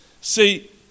See